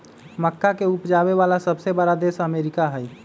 मक्का के उपजावे वाला सबसे बड़ा देश अमेरिका हई